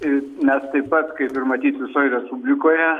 ir mes taip pat kaip ir matyt visoj respublikoje